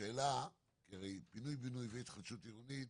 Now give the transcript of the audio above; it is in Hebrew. הרי פינוי-בינוי והתחדשות עירונית